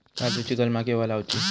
काजुची कलमा केव्हा लावची?